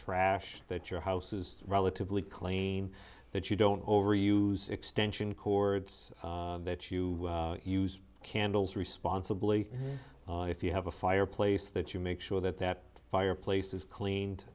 trash that your house is relatively clean that you don't overuse extension cords that you use candles responsibly if you have a fireplace that you make sure that that fireplace is cleaned